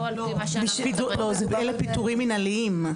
לא, זה פיטורים מנהליים.